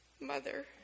mother